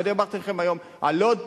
ואני אמרתי לכם היום על לוד,